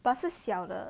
but 是小的